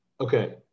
okay